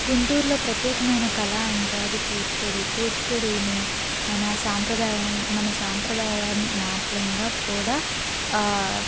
గుంటూరులో ప్రత్యేకమైన కళ అంటే అది కూచిపూడి కూచిపూడిని మన సాంప్రదాయం మన సాంప్రదాయ నాట్యంగా కూడా